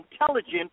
intelligent